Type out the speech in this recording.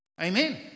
Amen